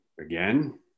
again